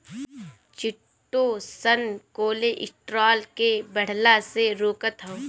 chitosan cholesterol के बढ़ला से रोकत हअ